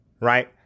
Right